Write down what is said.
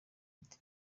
ati